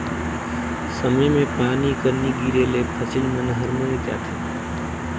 समे मे पानी कर नी गिरे ले फसिल मन हर मइर जाथे